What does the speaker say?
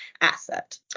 asset